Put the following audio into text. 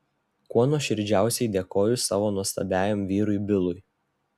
kuo nuoširdžiausiai dėkoju savo nuostabiajam vyrui bilui